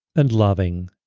and loving